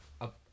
up